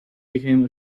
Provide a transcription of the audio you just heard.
became